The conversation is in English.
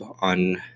on